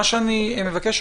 מה שאני מבקש,